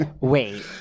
Wait